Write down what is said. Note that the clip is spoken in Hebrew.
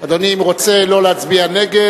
אם אדוני רוצה לא להצביע נגד,